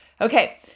Okay